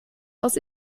aus